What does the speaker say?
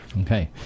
okay